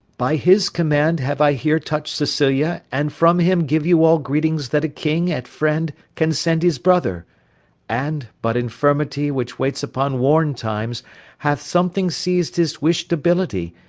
by his command have i here touch'd sicilia, and from him give you all greetings that a king, at friend, can send his brother and, but infirmity which waits upon worn times hath something seiz'd his wish'd ability,